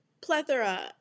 plethora